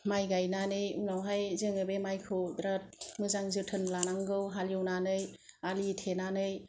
माइ गाइनायनै उनावहाय जोङो बे माइखौ बिराद मोजां जोथोन लानांगौ हाल एवनानै आलि थेनानै